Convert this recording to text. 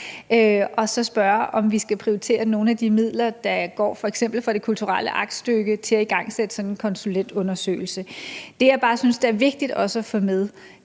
og så spørge, om vi skal prioritere nogle af de midler, der f.eks. går fra det kulturelle aktstykke, til at igangsætte sådan en konsulentundersøgelse. Det, jeg bare synes er vigtigt også at få med,